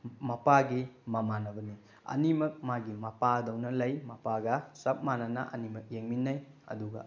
ꯃꯄꯥꯒꯤ ꯃꯃꯥꯟꯅꯕꯅꯤ ꯑꯅꯤꯃꯛ ꯃꯥꯒꯤ ꯃꯄꯥꯗꯧꯅ ꯂꯩ ꯃꯄꯥꯒ ꯆꯞ ꯃꯥꯟꯅꯅ ꯑꯅꯤꯃꯛ ꯌꯦꯡꯃꯤꯟꯅꯩ ꯑꯗꯨꯒ